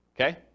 Okay